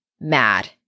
mad